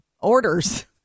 orders